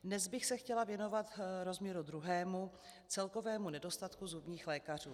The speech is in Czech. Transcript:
Dnes bych se chtěla věnovat rozměru druhému celkovému nedostatku zubních lékařů.